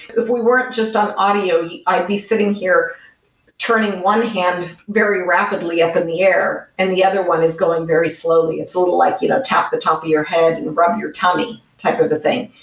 if weren't just on audio, i'd be sitting here turning one hand very rapidly up in the air and the other one is going very slowly. it's a little like you know tap the top of your head and rub your tummy type of a thing.